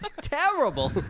Terrible